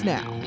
Now